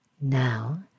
Now